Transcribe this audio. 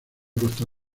costa